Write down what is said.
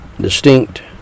distinct